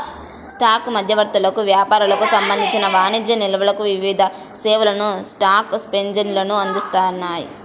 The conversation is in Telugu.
స్టాక్ మధ్యవర్తులకు, వ్యాపారులకు సంబంధించిన వాణిజ్య నిల్వలకు వివిధ సేవలను స్టాక్ ఎక్స్చేంజ్లు అందిస్తాయి